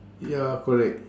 ya correct